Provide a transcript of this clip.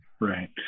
Right